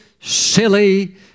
silly